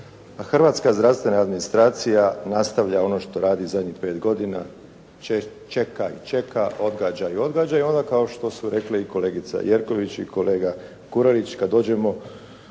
hrvatska zdravstvena administracija nastavlja ono što radi zadnjih pet godina čeka i čeka, odgađa i odgađa i onda kao što su rekle i kolegica Jerković i kolega …/Govornik se